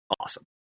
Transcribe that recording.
awesome